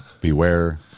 beware